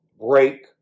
break